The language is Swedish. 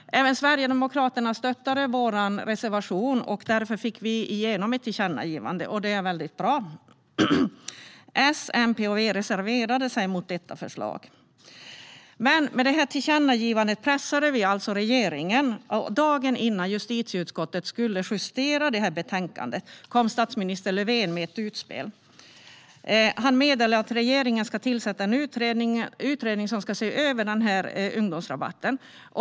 Sverigedemokraterna stödde vår reservation, och därför fick vi igenom ett tillkännagivande. Det är väldigt bra. S, MP och V reserverade sig mot detta förslag. Med detta tillkännagivande pressade vi regeringen, och dagen innan justitieutskottet skulle justera betänkandet kom statsminister Löfven med ett utspel. Han meddelade att regeringen ska tillsätta en utredning som ska se över ungdomsrabatten.